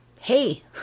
Hey